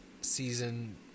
season